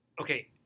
Okay